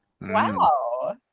Wow